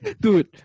Dude